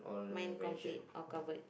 mine complete or covered